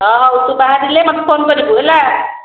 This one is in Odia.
ହଁ ହେଉ ତୁ ବାହାରିଲେ ମୋତେ ଫୋନ୍ କରିବୁ ହେଲା